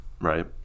right